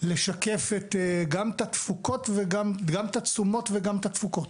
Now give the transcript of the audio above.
לשקף את התשומות והתפוקות,